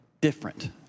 different